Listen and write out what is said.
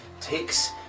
takes